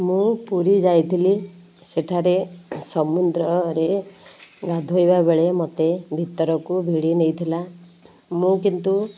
ମୁଁ ପୁରୀ ଯାଇଥିଲି ସେଠାରେ ସମୁଦ୍ରରେ ଗାଧୋଇବା ବେଳେ ମୋତେ ଭିତରକୁ ଭିଡ଼ି ନେଇଥିଲା ମୁଁ କିନ୍ତୁ